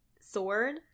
sword